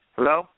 Hello